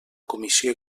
comissió